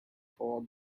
for